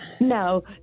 No